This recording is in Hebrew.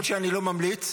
למרות שאני לא ממליץ.